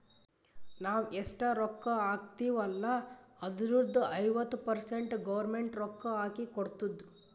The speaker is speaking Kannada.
ನಾವ್ ಎಷ್ಟ ರೊಕ್ಕಾ ಹಾಕ್ತಿವ್ ಅಲ್ಲ ಅದುರ್ದು ಐವತ್ತ ಪರ್ಸೆಂಟ್ ಗೌರ್ಮೆಂಟ್ ರೊಕ್ಕಾ ಹಾಕಿ ಕೊಡ್ತುದ್